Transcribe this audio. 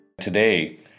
Today